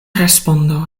respondo